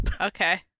Okay